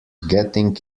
getting